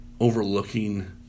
overlooking